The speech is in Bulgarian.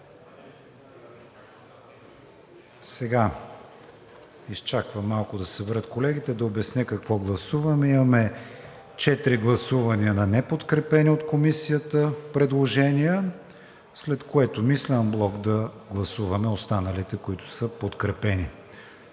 Изчаквам малко да се съберат колегите, да обясня какво гласуваме. Имаме четири гласувания на неподкрепени от Комисията предложения, след което мисля анблок да гласуваме останалите, които са подкрепени.